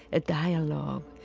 a dialogue,